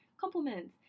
compliments